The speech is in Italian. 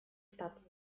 stato